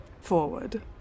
forward